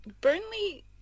Burnley